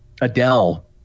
adele